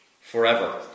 forever